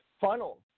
funnel